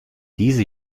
diese